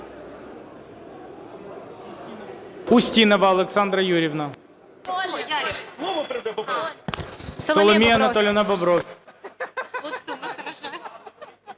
Устінова Олександра Юріївна. Соломія Анатоліївна Бобровська.